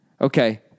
okay